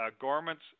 garments